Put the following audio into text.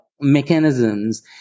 mechanisms